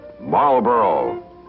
Marlboro